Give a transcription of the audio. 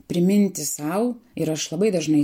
priminti sau ir aš labai dažnai